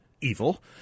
evil